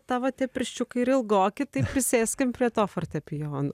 tavo tie pirščiukai ir ilgoki tai prisėskim prie to fortepijono